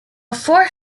fourth